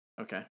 Okay